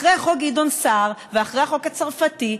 אחרי חוק גדעון סער ואחרי החוק הצרפתי,